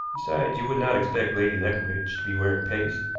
besides, you would not expect lady leconbridge to be wearing paste.